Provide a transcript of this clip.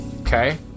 Okay